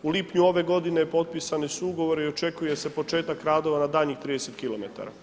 U lipnju ove godine potpisani su ugovori i očekuje se početak radova na daljnjih 30km.